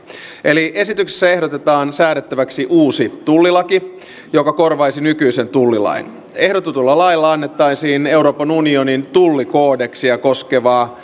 eli esityksessä ehdotetaan säädettäväksi uusi tullilaki joka korvaisi nykyisen tullilain ehdotetulla lailla annettaisiin euroopan unionin tullikoodeksia koskevaa